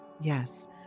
Yes